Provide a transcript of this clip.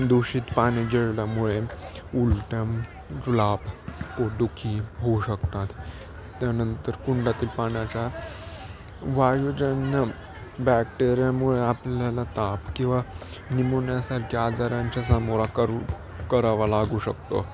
दूषित पाणी गिळल्यामुळे उलट्याम जुलाब पोटदुखी होऊ शकतात त्यानंतर कुंडातील पाण्याच्या वायुजन्य बॅक्टेरियामुळे आपल्याला ताप किंवा निमोन्यासारख्या आजारांच्या सामोरा करू करावा लागू शकतो